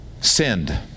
sinned